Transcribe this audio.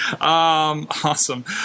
awesome